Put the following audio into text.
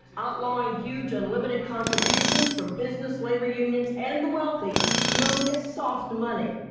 outlawing huge unlimited contributions from business, labor unions, and the wealthy known as soft money.